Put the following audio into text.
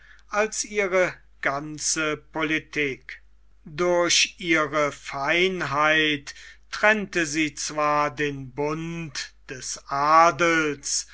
als ihre ganze politik durch ihre feinheit trennte sie zwar den bund des adels